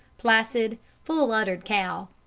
placid, full-uddered cow.